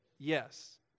Yes